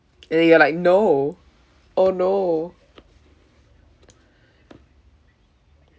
and then they're like no oh no